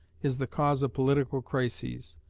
is the cause of political crises.